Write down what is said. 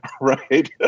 right